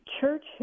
church